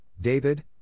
David